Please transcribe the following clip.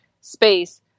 space